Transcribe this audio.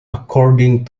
according